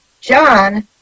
John